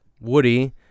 Woody